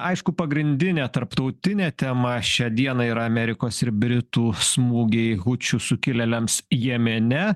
aišku pagrindinė tarptautinė tema šią dieną yra amerikos ir britų smūgiai hūčių sukilėliams jemene